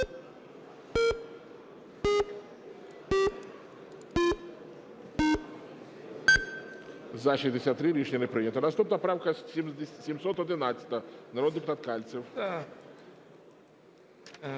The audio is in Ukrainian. За-67 Рішення не прийнято. Наступна правка 716, народний депутат Кальцев.